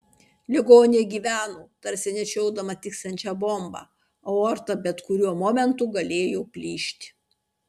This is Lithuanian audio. ligonė gyveno tarsi nešiodama tiksinčią bombą aorta bet kuriuo momentu galėjo plyšti